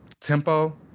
Tempo